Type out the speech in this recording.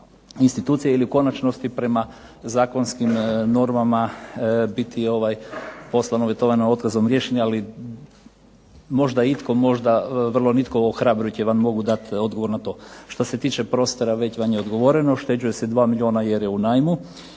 institucija ili u konačnosti prema zakonskim normama biti poslani uvjetovano otkazom riješeni ali možda itko možda nitko, ohrabrujuće vam mogu dati odgovor na to. Što se tiče prostora, već vam je odgovoreno. Ušteđuje se 2 milijuna jer je u najmu.